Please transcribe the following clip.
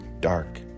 dark